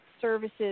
services